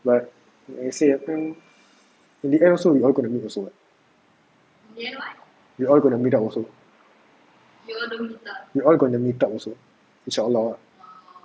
but like I say also in the end also you all gonna meet also we all going to meet up also we all going to meet up also inshallah